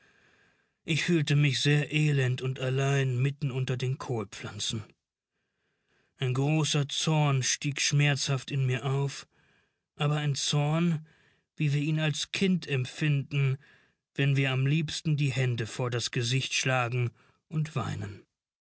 ich fühlte mich sehr elend und allein mitten unter den kohlpflanzen ein großer zorn stieg schmerzhaft in mir auf aber ein zorn wie wir ihn als kind empfinden wenn wir am liebsten die hände vor das gesicht schlagen und weinen